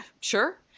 sure